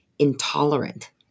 Intolerant